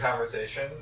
conversation